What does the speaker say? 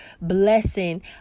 blessing